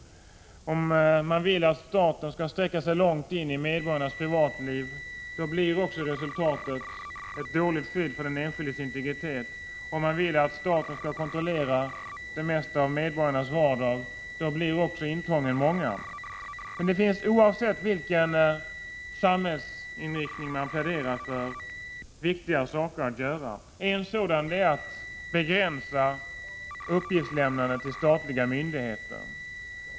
Vill man att staten skall sträcka sig långt in i medborgarnas privatliv, blir också resultatet ett dåligt skydd för den enskildes integritet. Vill man att staten skall kontrollera det mesta av medborgarnas vardag, blir också intrången många. Oavsett vilken samhällsinriktning som man pläderar för, finns det viktiga saker att göra. En sådan är att begränsa uppgiftslämnandet till statliga myndigheter.